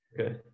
Okay